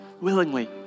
willingly